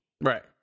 Right